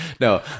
No